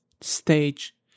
stage